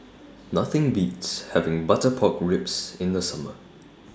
Nothing Beats having Butter Pork Ribs in The Summer